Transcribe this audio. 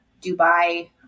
Dubai